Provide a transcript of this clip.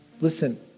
Listen